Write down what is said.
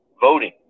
voting